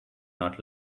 not